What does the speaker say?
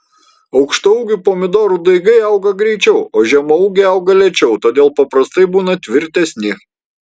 aukštaūgių pomidorų daigai auga greičiau o žemaūgiai auga lėčiau todėl paprastai būna tvirtesni